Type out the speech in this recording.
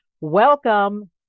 Welcome